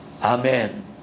Amen